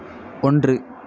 ஒன்று